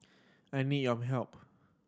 I need your help